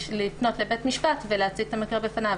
לפנות לבית משפט ולהציף את המקרה בפניו,